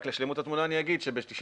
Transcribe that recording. רק לשלמות התמונה אני אגיד שב-99'